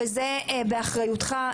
וזה באחריותך,